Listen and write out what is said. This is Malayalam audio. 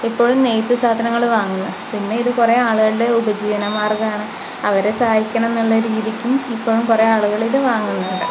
ഇപ്പോഴും നെയ്ത്തു സാധനങ്ങൾ വാങ്ങുന്ന പിന്നെ ഇതുകുറെ ആളുകളുടെ ഉപജീവന മാർഗ്ഗമാണ് അവരെ സഹായിക്കണം എന്നുള്ള രീതിക്കും ഇപ്പോഴും കുറേ ആളുകൾ ഇത് വാങ്ങുന്നുണ്ട്